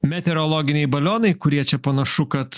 meteorologiniai balionai kurie čia panašu kad